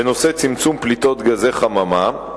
בנושא צמצום פליטות גזי חממה,